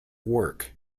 work